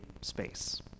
space